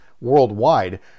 Worldwide